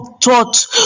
taught